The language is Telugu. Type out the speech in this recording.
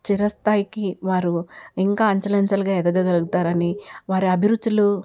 చిరస్థాయికి వారు ఇంకా అంచెలు అంచెలుగా ఎదగగలుగుతారని వారి అభిరుచులు